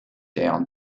down